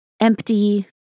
empty